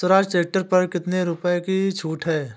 Swaraj tractor पर कितनी रुपये की छूट है?